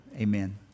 amen